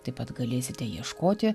taip pat galėsite ieškoti